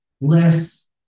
less